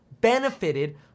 benefited